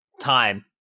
time